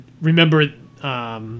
Remember